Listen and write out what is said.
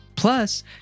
Plus